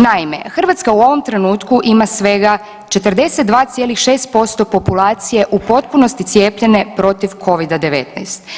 Naime, Hrvatska u ovom trenutku ima svega 42,6% populacije u potpunosti cijepljene protiv Covida-19.